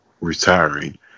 retiring